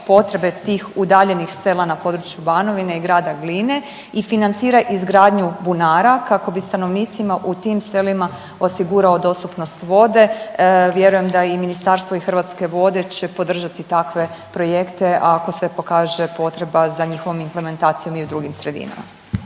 potrebe tih udaljenih sela na području Banovine i grada Gline i financira izgradnju bunara kako bi stanovnicima u tim selima osigurao dostupnost vode, vjerujem da i ministarstvo i Hrvatske vode će podržati takve projekte ako se pokaže potreba za njihovom implementacijom i u drugim sredinama.